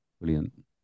brilliant